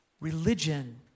religion